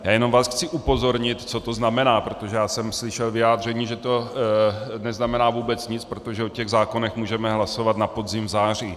Já vás jenom chci upozornit, co to znamená, protože jsem slyšel vyjádření, že to neznamená vůbec nic, protože o těch zákonech můžeme hlasovat na podzim v září.